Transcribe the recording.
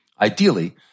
Ideally